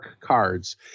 Cards